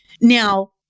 Now